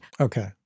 Okay